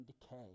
decay